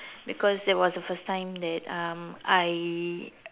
because that was the first time that um I